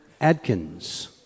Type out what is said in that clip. Adkins